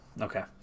Okay